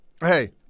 hey